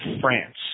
France